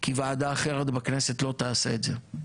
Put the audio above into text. כי ועדה אחרת בכנסת לא תעשה את זה,